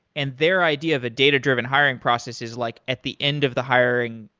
and their idea of a data-driven hiring process is like at the end of the hiring,